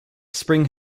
spring